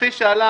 כפי שהעלה